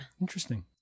Interesting